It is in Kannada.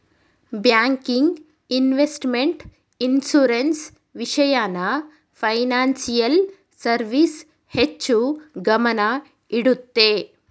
ಬ್ಯಾಂಕಿಂಗ್, ಇನ್ವೆಸ್ಟ್ಮೆಂಟ್, ಇನ್ಸೂರೆನ್ಸ್, ವಿಷಯನ ಫೈನಾನ್ಸಿಯಲ್ ಸರ್ವಿಸ್ ಹೆಚ್ಚು ಗಮನ ಇಡುತ್ತೆ